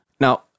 now